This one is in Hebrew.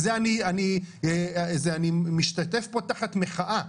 אני משתתף פה תחת מחאה.